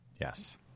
Yes